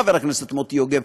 חבר הכנסת מוטי יוגב,